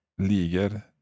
ligger